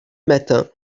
matin